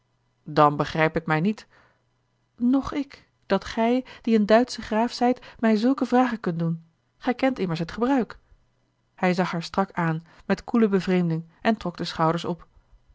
dan begrijp ik mij niet noch ik dat gij die een duitsche graaf zijt mij zulke vragen kunt doen gij kent immers het gebruik hij zag haar strak aan met koele bevreemding en trok de schouders op